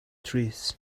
trees